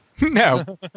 No